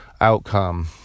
outcome